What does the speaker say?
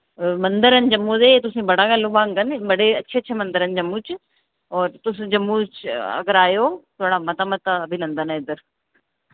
मंदर न जम्मू दे एह् तुसें गी बड़ा गै लुभाङन एह् बड़े अच्छे अच्छे मंदर न जम्मू च और तुस जम्मू च अगर आए ओ थोआढ़ा मता मता अभिनन्दन ऐ इद्धर